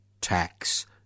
tax